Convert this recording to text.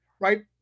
right